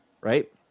right